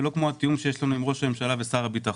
ולא כמו התיאום שיש לנו עם ראש הממשלה ושר הביטחון.